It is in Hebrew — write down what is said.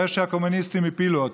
זה שהקומוניסטים הפילו אותו.